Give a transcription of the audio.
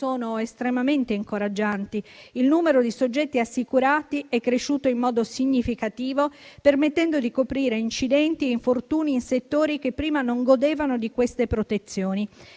estremamente incoraggianti. Il numero di soggetti assicurati è cresciuto in modo significativo, permettendo di coprire incidenti e infortuni in settori che prima non godevano di queste protezioni.